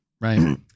Right